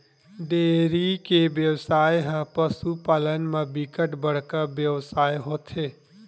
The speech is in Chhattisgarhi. डेयरी के बेवसाय ह पसु पालन म बिकट बड़का बेवसाय होथे